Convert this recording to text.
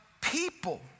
people